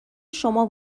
شما